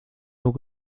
nur